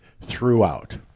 throughout